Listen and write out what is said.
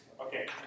Okay